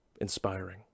inspiring